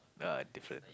ah different